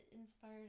inspired